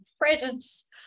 presence